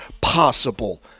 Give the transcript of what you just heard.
possible